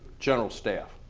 general staff.